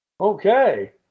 Okay